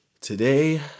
today